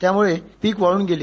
त्यामुळे पीक वाळून गेली